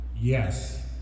Yes